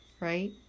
right